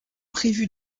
prévu